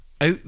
out